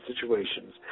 situations